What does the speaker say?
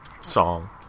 song